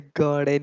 god